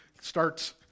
starts